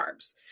carbs